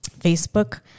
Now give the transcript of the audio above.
Facebook